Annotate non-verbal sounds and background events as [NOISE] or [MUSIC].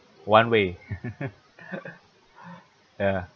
one way [LAUGHS] ya